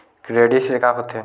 Credit से का होथे?